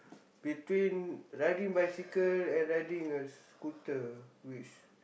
between riding bicycle and riding a scooter which